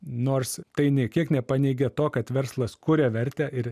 nors tai nė kiek nepaneigia to kad verslas kuria vertę ir